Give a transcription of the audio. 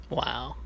wow